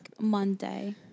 Monday